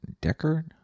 Decker